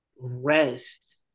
rest